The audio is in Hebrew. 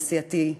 לסיעתי,